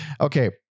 Okay